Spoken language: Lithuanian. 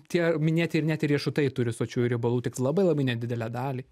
tie minėti ir net ir riešutai turi sočiųjų riebalų tik labai labai nedidelę dalį